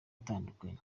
atandukanye